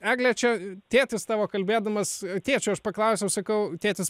egle čia tėtis tavo kalbėdamas tėčio aš paklausiau sakau tėtis